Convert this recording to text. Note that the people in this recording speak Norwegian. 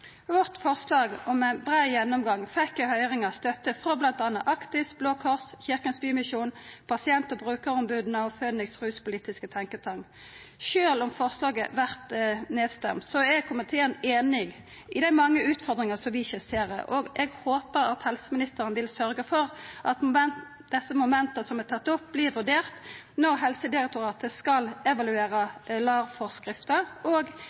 Vårt forslag om ein brei gjennomgang fekk i høyringa støtte frå bl.a. Actis, Blå Kors, Kirkens Bymisjon, pasient- og brukeromboda og Føniks Ruspolitisk Tenketank. Sjølv om forslaget vert nedstemt, er komiteen einig i dei mange utfordringane som vi skisserer, og eg håpar at helseministeren vil sørgja for at dei momenta som er tatt opp, vert vurderte når Helsedirektoratet skal evaluera LAR-forskrifta, og